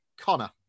Connor